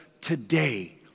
today